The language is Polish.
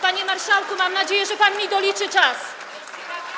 Panie marszałku, mam nadzieję, że pan mi doliczy czas.